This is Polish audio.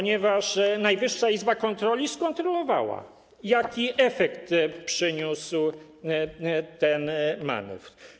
Najwyższa Izba Kontroli skontrolowała, jaki efekt przyniósł ten manewr.